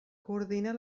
coordina